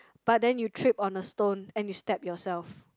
but then you trip on a stone and you stab yourself